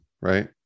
right